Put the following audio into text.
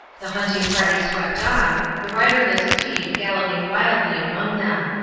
the hunting-party swept on, the riderless steed galloping wildly among them.